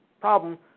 problem